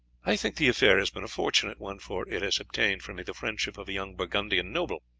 i think the affair has been a fortunate one, for it has obtained for me the friendship of a young burgundian noble.